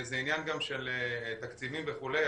זה עניין גם של תקציבים וכולי,